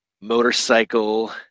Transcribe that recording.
motorcycle